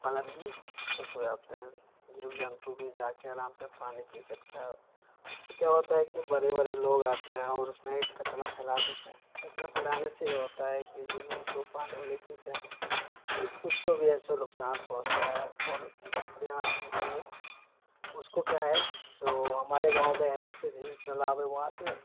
पालन भी अच्छे से हो जाते हैं जीव जन्तु भी जा कर आराम से पानी पी सकता है उसमें क्या होता है कि बड़े बड़े लोग आते हैं और उसमें एक कचरा फैला देते हैं कचरा फ़ैलाने से ये होता है कि जीव जंतु पानी उनी पीते हैं उसको भी ऐसे नुकसान पहुँचता है और प्रयास के लिए उसको क्या है तो हमारे गाँव में हैं जैसे रील चलाते है वहाँ से